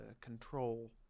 control